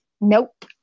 Nope